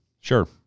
Sure